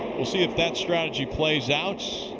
we'll see if that strategy plays out.